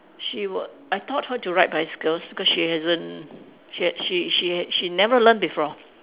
she would I taught her to ride bicycles because she hasn't she had she she she never learn before